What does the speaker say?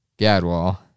Gadwall